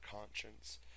conscience